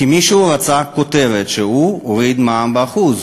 כי מישהו רצה כותרת שהוא הוריד את המע"מ ב-1%.